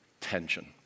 tension